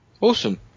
Awesome